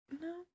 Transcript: No